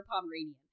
Pomeranian